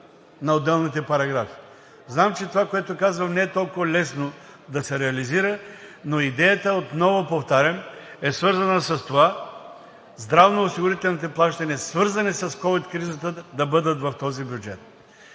на отделните параграфи. Знам, че това, което казвам, не е толкова лесно да се реализира, но идеята е, отново повтарям, е свързана с това здравноосигурителните плащания, свързани с ковид кризата, да бъдат в този бюджет.